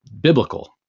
biblical